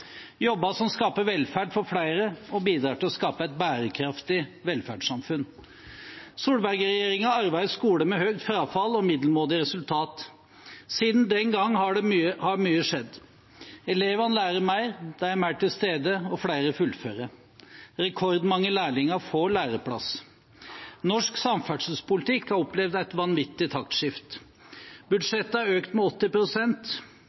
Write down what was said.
jobber som skaper velferd for flere og bidrar til å skape et bærekraftig velferdssamfunn. Solberg-regjeringen arvet en skole med høyt frafall og middelmådige resultater. Siden den gang har mye skjedd. Elevene lærer mer, de er mer til stede, og flere fullfører. Rekordmange lærlinger får læreplass. Norsk samferdselspolitikk har opplevd et vanvittig